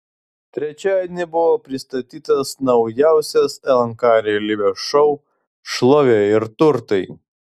trečiadienį buvo pristatytas naujausias lnk realybės šou šlovė ir turtai